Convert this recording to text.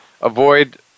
avoid